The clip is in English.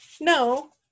no